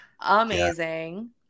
amazing